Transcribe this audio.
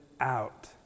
out